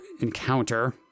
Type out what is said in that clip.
encounter